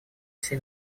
все